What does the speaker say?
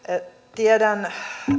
tiedän